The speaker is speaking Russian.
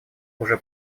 уже